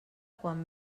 quan